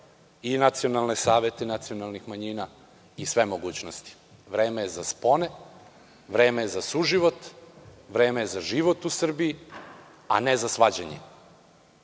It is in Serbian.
i nacionalne savete nacionalnih manjina i sve mogućnosti. Vreme je spone, vreme je za suživot, vreme je za život u Srbiji, a ne za svađanje.